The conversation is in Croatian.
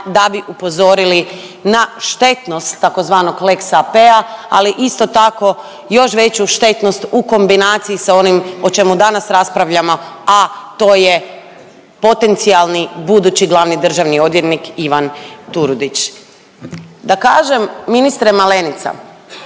da bi upozorili na štetnost tzv. lex AP-a, ali isto tako, još veću štetnost u kombinaciji s onim o čemu danas raspravljamo, a to je potencijalni budući glavni državni odvjetnik Ivan Turudić. Da kažem, ministre Malenica,